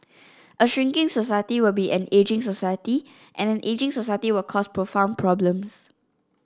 a shrinking society will be an ageing society and an ageing society will cause profound problems